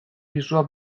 pisua